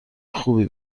خوبی